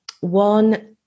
one